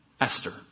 Esther